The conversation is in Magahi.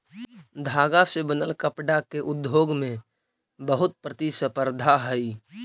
धागा से बनल कपडा के उद्योग में बहुत प्रतिस्पर्धा हई